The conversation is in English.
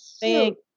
thank